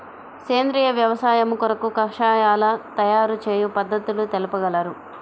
సేంద్రియ వ్యవసాయము కొరకు కషాయాల తయారు చేయు పద్ధతులు తెలుపగలరు?